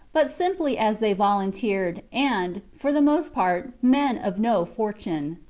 but simply as they volunteered, and, for the most part, men of no fortune.